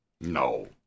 No